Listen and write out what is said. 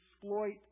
exploit